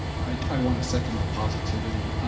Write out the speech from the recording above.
i want to second the positivity.